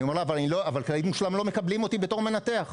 ואני אומר לה: אבל כללית מושלם לא מקבלים אותי בתור מנתח.